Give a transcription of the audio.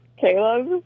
Caleb